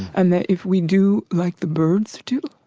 and that if we do like the birds too,